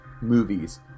movies